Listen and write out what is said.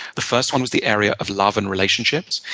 the first one was the area of love and relationships,